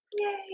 Yay